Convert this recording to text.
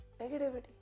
Negativity